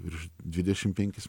virš dvidešim penkis